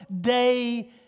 day